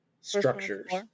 structures